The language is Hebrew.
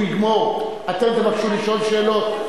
הוא יגמור, אתם תבקשו לשאול שאלות?